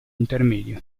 intermedio